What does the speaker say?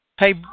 Hey